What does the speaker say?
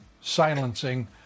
silencing